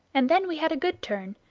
and then we had a good turn.